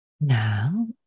Now